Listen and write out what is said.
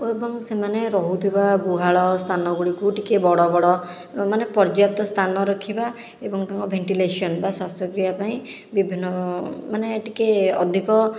ଓ ଏବଂ ସେମାନେ ରହୁଥିବା ଗୁହାଳ ସ୍ଥାନଗୁଡ଼ିକୁ ଟିକେ ବଡ଼ ବଡ଼ ମାନେ ପର୍ଯ୍ୟାପ୍ତ ସ୍ଥାନ ରଖିବା ଏବଂ ତାଙ୍କ ଭେଣ୍ଟିଲେସନ୍ ବା ଶ୍ଵାସକ୍ରିୟା ପାଇଁ ବିଭିନ୍ନ ମାନେ ଟିକେ ଅଧିକ